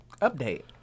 update